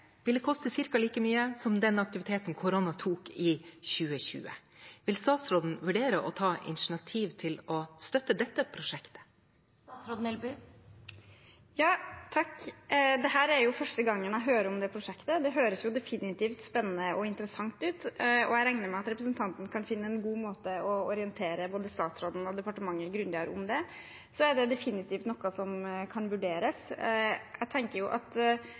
koste ca. like mye som den aktiviteten korona tok i 2020. Vil statsråden vurdere å ta initiativ til å støtte dette prosjektet? Dette er første gangen jeg hører om det prosjektet. Det høres definitivt spennende og interessant ut, og jeg regner med at representanten kan finne en god måte å orientere både statsråden og departementet grundigere om det på. Det er definitivt noe som kan vurderes. Generelt tror jeg